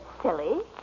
silly